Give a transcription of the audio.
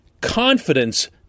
confidence